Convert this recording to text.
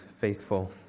faithful